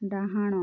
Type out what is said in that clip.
ଡାହାଣ